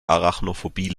arachnophobie